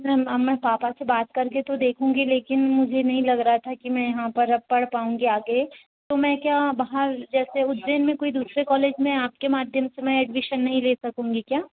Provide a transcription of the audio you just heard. ma'am अब मैं पापा से बात करके तो देखूंगी लेकिन मुझे नहीं लग रहा था कि मैं यहाँ पर अब पढ़ पाऊँगी आगे तो मैं क्या बाहर जैसे उज्जैन में कोई दुसरे कॉलेज में आपके माध्यम से मैं एडमिशन नहीं ले सकूंगी क्या